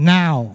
now